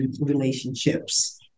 relationships